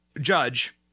judge